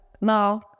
now